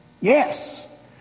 Yes